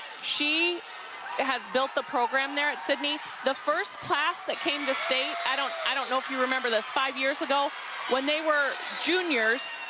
she has built the program there at sidney the first class that came to state, i don't i don't know if you remember this, five years ago when they were juniors,